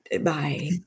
bye